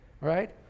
right